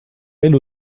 elle